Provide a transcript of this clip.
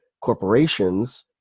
corporations